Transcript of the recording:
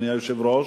אדוני היושב-ראש,